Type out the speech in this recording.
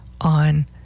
on